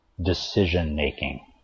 decision-making